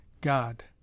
God